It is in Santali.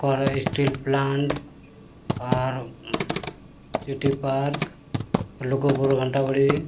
ᱵᱚᱠᱟᱨᱳ ᱥᱴᱤᱞ ᱯᱞᱟᱴ ᱟᱨ ᱥᱤᱴᱤ ᱯᱟᱨᱠ ᱞᱩᱜᱩᱵᱩᱨᱩ ᱜᱷᱟᱱᱴᱟ ᱵᱟᱲᱮ